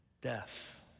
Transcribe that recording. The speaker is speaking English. Death